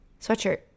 sweatshirt